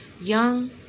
Young